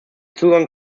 zugang